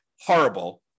horrible